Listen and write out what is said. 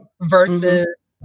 versus